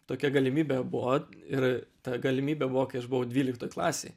tokia galimybė buvo ir ta galimybė buvo kai aš buvau dvyliktoj klasėj